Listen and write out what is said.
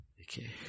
Okay